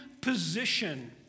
position